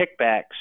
kickbacks